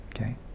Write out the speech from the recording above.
Okay